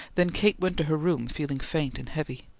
then kate went to her room feeling faint and heavy.